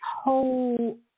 whole